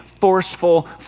forceful